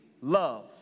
love